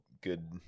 good